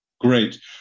Great